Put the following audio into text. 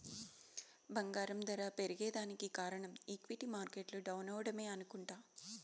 బంగారం దర పెరగేదానికి కారనం ఈక్విటీ మార్కెట్లు డౌనవ్వడమే అనుకుంట